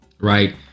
Right